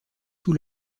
sous